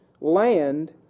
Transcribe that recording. land